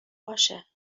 باشه